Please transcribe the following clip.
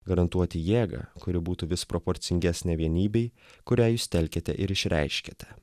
garantuoti jėgą kuri būtų vis proporcingesnė vienybei kurią jūs telkiate ir išreiškiate